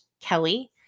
Kelly